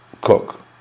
cook